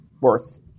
worth